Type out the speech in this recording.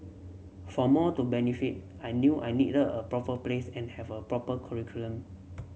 for more to benefit I knew I needed a proper place and have a proper curriculum